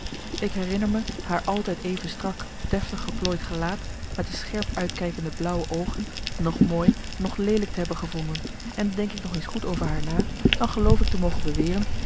ik herinner me haar altijd even strak deftig geplooid gelaat met de scherp uitkijkende blauwe oogen noch mooi noch leelijk te hebben gevonden en denk ik nog eens goed over haar na dan geloof ik te mogen beweren